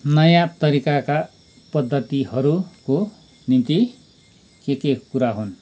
नयाँ तरिकाका पद्धतिहरूको निम्ति के के कुरा हुन्